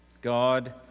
God